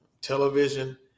television